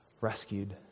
rescued